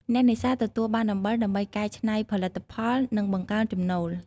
អ្នកនេសាទទទួលបានអំបិលដើម្បីកែច្នៃផលិតផល និងបង្កើនចំណូល។